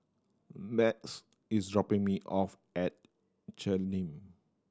Math is dropping me off at Cheng Lim